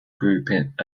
group